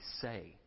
say